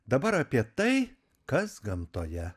dabar apie tai kas gamtoje